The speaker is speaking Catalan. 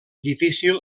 difícil